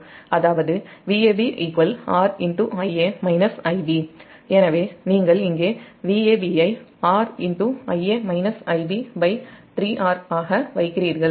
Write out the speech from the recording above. அதாவது Vab R எனவே நீங்கள் இங்கே Vabஐ R3R ஆக வைக்கிறீர்கள்